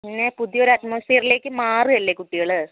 പിന്നെ പുതിയൊരു അറ്റ്മോസ്ഫിയറിലേക്ക് മാറുവല്ലേ കുട്ടികൾ